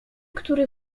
który